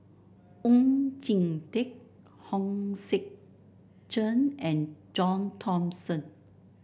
Oon Jin Teik Hong Sek Chern and John Thomson